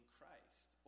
Christ